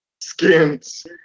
Skins